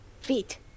feet